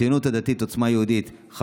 הציונות הדתית ועוצמה יהודית,